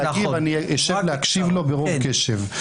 אני אשב להקשיב לו ברוב קשב.